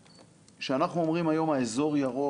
כשאנחנו אומרים היום שהאזור ירוק,